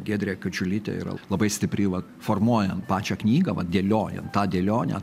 giedrė kadžiulytė yra labai stipriai va formuojant pačią knygą va dėliojant tą dėlionę